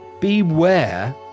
beware